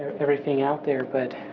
everything out there, but